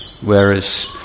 Whereas